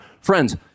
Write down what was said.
Friends